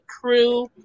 crew